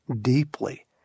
deeply